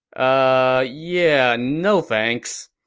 ah yeah, no thanks.